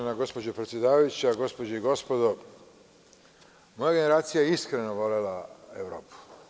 Uvažena gospođo predsedavajuća, gospođe i gospodo, moja generacija je iskreno volela Evropu.